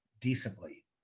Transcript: decently